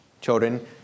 children